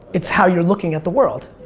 it's how you're looking at the world.